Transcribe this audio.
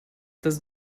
does